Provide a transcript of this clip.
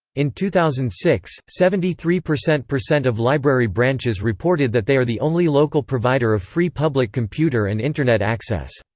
in two thousand and six, seventy three percent percent of library branches reported that they are the only local provider of free public computer and internet access.